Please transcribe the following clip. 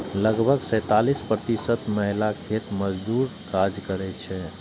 लगभग सैंतालिस प्रतिशत महिला खेत मजदूरक काज करै छै